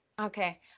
okay